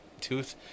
tooth